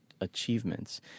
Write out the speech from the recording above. Achievements